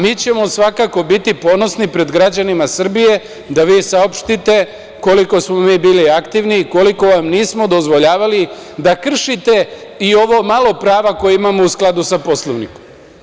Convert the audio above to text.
Mi ćemo svakako biti ponosni pred građanima Srbije da vi saopštite koliko smo mi bili aktivni i koliko vam nismo dozvoljavali da kršite i ovo malo prava koje imamo u skladu sa Poslovnikom.